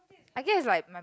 I guess is like my